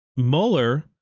Mueller